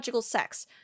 sex